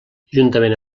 juntament